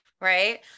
Right